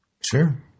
Sure